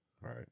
Right